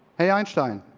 hey, einstein,